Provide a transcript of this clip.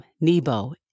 Nebo